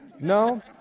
No